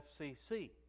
fcc